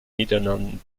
niederlanden